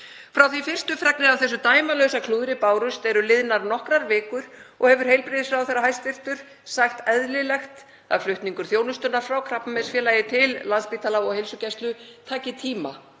Frá því að fyrstu fregnir af þessu dæmalausa klúðri bárust eru liðnar nokkrar vikur og hefur hæstv. heilbrigðisráðherra sagt eðlilegt að flutningur þjónustunnar frá Krabbameinsfélagi til Landspítala og heilsugæslu taki tíma.